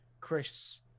Chris